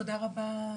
תודה רבה,